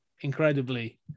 incredibly